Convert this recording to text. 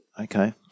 Okay